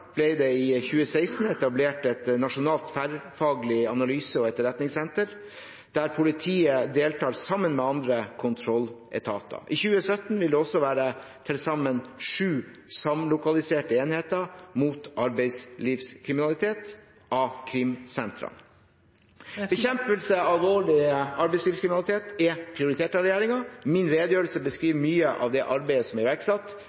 det i 2016 etablert et nasjonalt tverrfaglig analyse- og etterretningssenter, der politiet deltar sammen med andre kontrolletater. I 2017 vil det også være til sammen sju samlokaliserte enheter mot arbeidslivskriminalitet, A-krimsentrene. Bekjempelse av alvorlig arbeidslivskriminalitet er prioritert av regjeringen. Min redegjørelse beskriver mye av det arbeidet som er iverksatt.